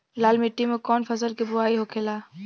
लाल मिट्टी में कौन फसल के बोवाई होखेला?